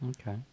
okay